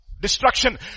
Destruction